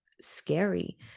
scary